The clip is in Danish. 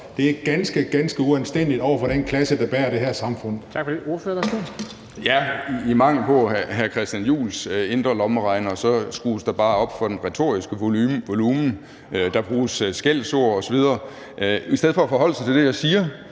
ganske, ganske uanstændigt over for den klasse, der bærer det her samfund.